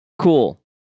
cool